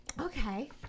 Okay